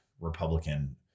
Republican